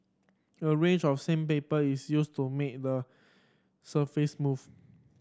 a range of sandpaper is used to make the surface smooth